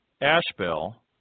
Ashbel